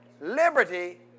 liberty